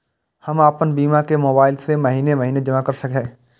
हम आपन बीमा के मोबाईल से महीने महीने जमा कर सके छिये?